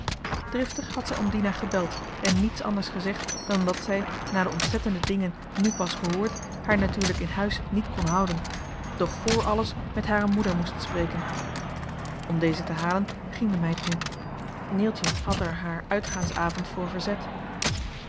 driftig had zij om dina gebeld en niets anders gezegd dan dat zij na de ontzettende dingen nu pas gehoord haar natuurlijk in huis niet kon houden doch vr alles met hare moeder moest spreken om deze te halen ging de meid nu neeltje had er haar uitgaansavond voor verzet